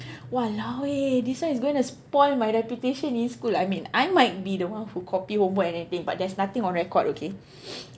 !walao! eh this one is gonna spoil my reputation in school I mean I might be the one who copy homework and everything but there's nothing on record okay